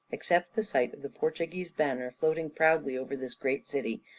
except the sight of the portuguese banner floating proudly over this great city,